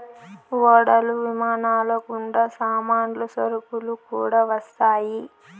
ఓడలు విమానాలు గుండా సామాన్లు సరుకులు కూడా వస్తాయి